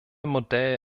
modell